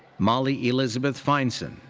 molly elizabeth feinson,